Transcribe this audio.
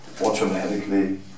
automatically